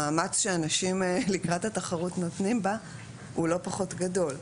המאמץ שהאנשים לקראת התחרות נותנים בה הוא לא פחות גדול.